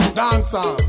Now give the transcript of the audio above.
dancer